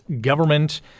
government